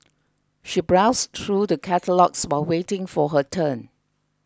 she browsed through the catalogues while waiting for her turn